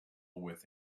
with